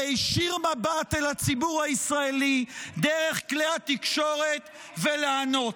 להישיר מבט אל הציבור הישראלי ------- דרך כלי התקשורת ולענות,